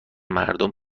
مردم